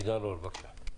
עידן רול, בבקשה.